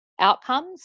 outcomes